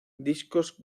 discos